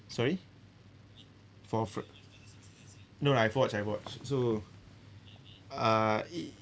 sorry for fr~ no I've watched I've watched so uh it